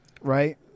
Right